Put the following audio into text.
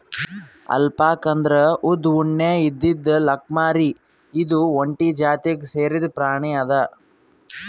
alpaca ಅಂದ್ರ ಉದ್ದ್ ಉಣ್ಣೆ ಇದ್ದಿದ್ ಲ್ಲಾಮ್ಕುರಿ ಇದು ಒಂಟಿ ಜಾತಿಗ್ ಸೇರಿದ್ ಪ್ರಾಣಿ ಅದಾ